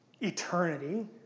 eternity